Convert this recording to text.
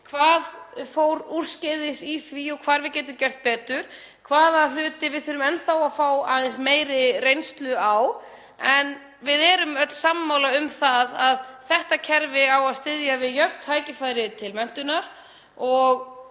hvað fór úrskeiðis í því og hvar við getum gert betur, hvaða hluti við þurfum enn þá að fá aðeins meiri reynslu á. En við erum öll sammála um að þetta kerfi á að styðja við jöfn tækifæri til menntunar og